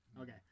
Okay